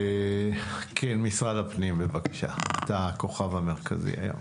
עידו, נציג משרד הפנים, אתה הכוכב המרכזי היום,